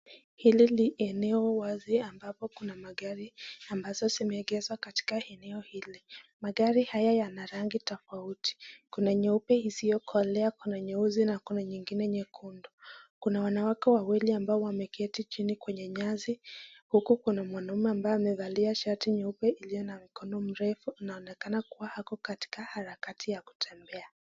Hili ni eneo wazi ambapo kuna magari ambazo zimeegezwa katika eneo hili. Magari haya yana rangi tofauti tofauti kuna nyeupe isiyokolea, kuna nyeusi na kuna nyingine nyekundu. Kuna wanawake wawili ambao wameketi chini kwenye nyasi huku kuna mwanaume ambaye amevalia shati nyeupe iliyo na mikono mrefu inaonekana kuwa ako katika harakati ya kutembea.